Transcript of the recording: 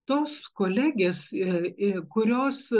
tos kolegės ir kurios